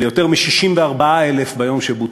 ליותר מ-64,000 ביום שבוטל.